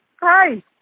Hi